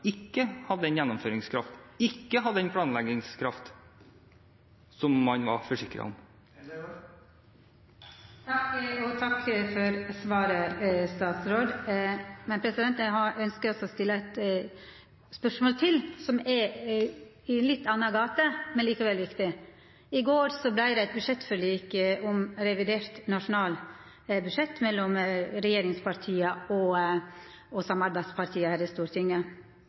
ikke hadde den gjennomføringskraft og planleggingskraft som man var forsikret om. Takk til statsråden for svaret. Eg ønskjer å stilla eit spørsmål til. Det er i ei litt anna gate, men likevel viktig. I går vart det eit budsjettforlik om revidert nasjonalbudsjett mellom regjeringspartia og samarbeidspartia her i Stortinget.